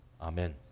Amen